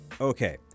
Okay